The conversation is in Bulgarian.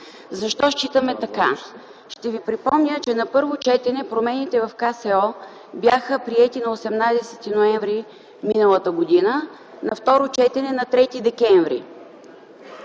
Защо считаме така? Ще ви припомня, че на първо четене промените в КСО бяха приети на 18 ноември м.г., а на второ четене на 3 декември